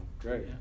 great